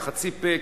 בחצי פה,